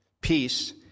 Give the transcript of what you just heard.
peace